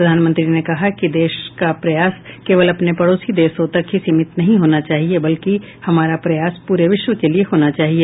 प्रधानमंत्री ने कहा कि देश का प्रयास केवल अपने पड़ोसी देशों तक ही सीमित नहीं होना चाहिए बलकि हमारा प्रयास पूरे विश्व के लिए होना चाहिए